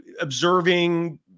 observing